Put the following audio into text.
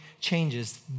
changes